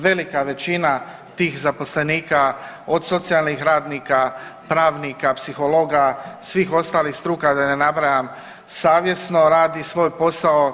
Velika većina tih zaposlenika od socijalnih radnika, pravnika, psihologa, svih ostalih struka da ne nabrajam savjesno radi svoj posao.